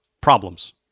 problems